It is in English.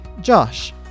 Josh